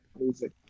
music